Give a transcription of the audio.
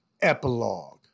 epilogue